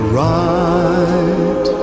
right